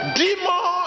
demon